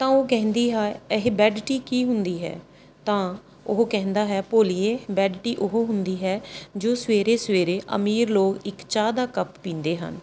ਤਾਂ ਉਹ ਕਹਿੰਦੀ ਹੈ ਇਹ ਬੈੱਡ ਟੀ ਕੀ ਹੁੰਦੀ ਹੈ ਤਾਂ ਉਹ ਕਹਿੰਦਾ ਹੈ ਭੋਲੀਏ ਬੈੱਡ ਟੀ ਉਹ ਹੁੰਦੀ ਹੈ ਜੋ ਸਵੇਰੇ ਸਵੇਰੇ ਅਮੀਰ ਲੋਕ ਇੱਕ ਚਾਹ ਦਾ ਕੱਪ ਪੀਂਦੇ ਹਨ